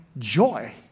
Joy